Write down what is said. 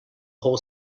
whole